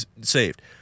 saved